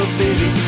baby